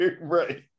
Right